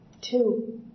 two